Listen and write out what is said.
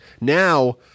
Now